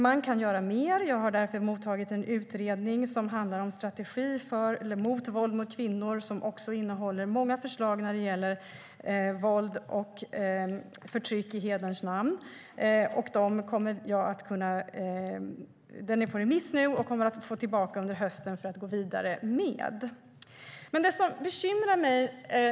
Man kan göra mer, och jag har därför mottagit en utredning som handlar om en strategi mot våld mot kvinnor och som också innehåller många förslag när det gäller våld och förtryck i hederns namn. Den är på remiss nu, och jag kommer att få tillbaka den under hösten för att gå vidare med den.